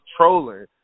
trolling